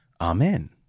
Amen